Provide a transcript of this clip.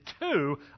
two